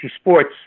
Sports